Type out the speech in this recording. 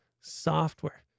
software